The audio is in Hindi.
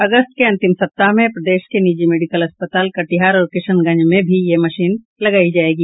अगस्त के अंतिम सप्ताह में प्रदेश के निजी मेडिकल अस्पताल कटिहार और किशनगंज में भी ये मशीन लगायी जायेगी